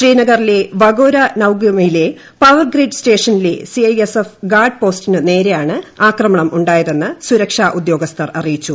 ശ്രീനഗറിലെ വഗോര ന്നൌഗാമിലെ പവർഗ്രിഡ് സ്റ്റേഷനിലെ C I S F guard പോസ്റ്റിന് നേരെയാണ് ആക്രമണം ഉണ്ടായതെന്ന് സുരക്ഷ്യാ ് ഉദ്യോഗസ്ഥർ അറിയിച്ചു